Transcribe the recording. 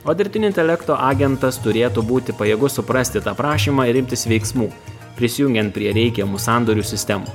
o dirbtinio intelekto agentas turėtų būti pajėgus suprasti tą prašymą ir imtis veiksmų prisijungiant prie reikiamų sandorių sistemų